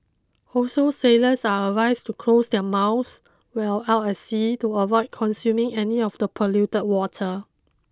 also sailors are advised to close their mouse while out at sea to avoid consuming any of the polluted water